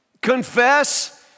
Confess